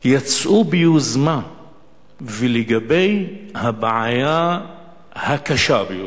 היה אז, יצאו ביוזמה לגבי הבעיה הקשה ביותר,